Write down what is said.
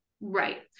Right